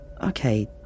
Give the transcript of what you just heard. okay